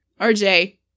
RJ